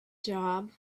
job